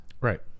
Right